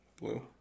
Blue